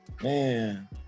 man